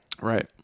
right